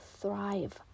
thrive